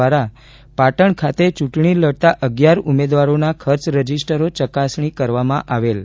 દ્વારા પાટણ ખાતે ચૂંટણી લડતા અગિયાર ઉમેદવારોના ખર્ચ રજીસ્ટ્રરો ચકાસણી કરવામાં આવેલ